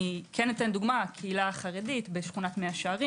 אתן דוגמה הקהילה החרדית בשכונת מאה שערים